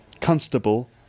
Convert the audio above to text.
constable